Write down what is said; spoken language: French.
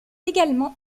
également